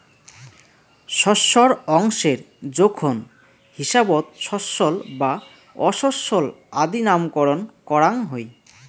শস্যর অংশের জোখন হিসাবত শস্যল বা অশস্যল আদি নামকরণ করাং হই